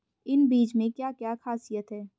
इन बीज में क्या क्या ख़ासियत है?